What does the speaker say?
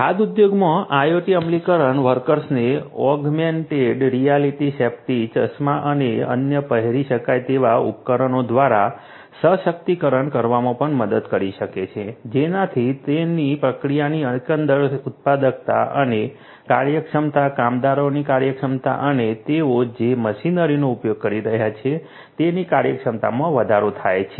ખાદ્ય ઉદ્યોગમાં IoT અમલીકરણ વર્કર્સને ઓગમેન્ટેડ રિયાલિટી સેફ્ટી ચશ્મા અને અન્ય પહેરી શકાય તેવા ઉપકરણો દ્વારા સશક્તિકરણ કરવામાં પણ મદદ કરી શકે છે જેનાથી તેમની પ્રક્રિયાઓની એકંદર ઉત્પાદકતા અને કાર્યક્ષમતા કામદારોની કાર્યક્ષમતા અને તેઓ જે મશીનરીનો ઉપયોગ કરી રહ્યાં છે તેની કાર્યક્ષમતામાં વધારો થાય છે